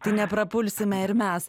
tai neprapulsime ir mes